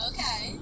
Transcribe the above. Okay